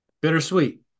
bittersweet